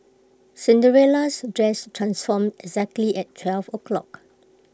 Cinderella's dress transformed exactly at twelve o'clock